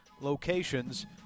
locations